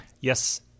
Yes